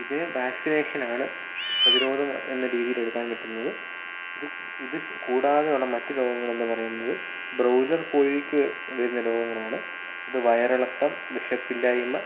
ഇത് വാക്സിനേഷൻ ആണ് പ്രതിരോധം എന്ന രീതിയിൽ എടുക്കാൻ പറ്റുന്നത് ഇത് കൂടാതെയുള്ള മറ്റ് രോഗങ്ങളെന്ന് പറയുന്നത് ബ്രോയ്ലർ കോഴിക്ക് വരുന്ന രോഗങ്ങളാണ് ഇത് വയറിളക്കം വിശപ്പില്ലായ്മ